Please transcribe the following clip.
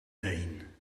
heen